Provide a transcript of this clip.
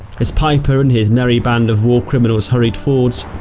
as peiper and his merry band of war criminals hurried forwards,